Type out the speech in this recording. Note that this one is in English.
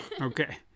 Okay